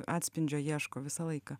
atspindžio ieško visą laiką